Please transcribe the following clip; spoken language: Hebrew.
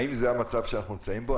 האם זה המצב שבו אנחנו נמצאים בו?